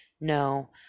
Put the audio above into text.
no